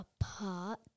apart